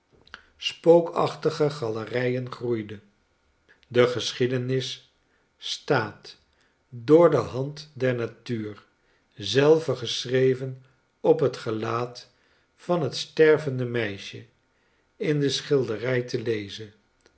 spookachtige galerijen groeide de geschiedenis staat door de hand der natuur zelve geschreven op het gelaat van het stervende meisje in de schilderij te lezen